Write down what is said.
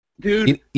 dude